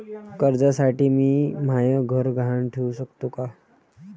कर्जसाठी मी म्हाय घर गहान ठेवू सकतो का